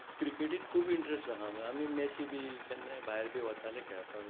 क्रिकेटींत खूब इन्ट्रस्ट आसा आमी मॅच बी केन्ना भायर बी वताले खेळपाक अशे